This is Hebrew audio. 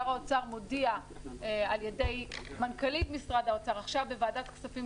שר האוצר באמצעות מנכ"לית משרד האוצר מודיע עכשיו בוועדת הכספים